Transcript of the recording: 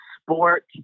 sport